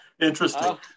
Interesting